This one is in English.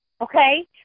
okay